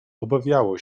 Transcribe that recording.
obawiało